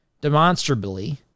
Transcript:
demonstrably